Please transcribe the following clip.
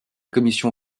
commission